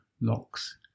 locks